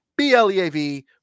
BLEAV